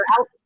out